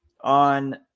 on